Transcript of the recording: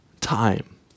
time